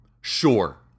sure